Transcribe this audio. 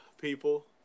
people